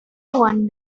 one